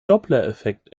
dopplereffekt